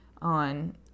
on